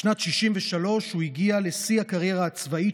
בשנת 1963 הוא הגיע לשיא הקריירה הצבאית